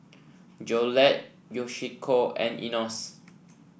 Jolette Yoshiko and Enos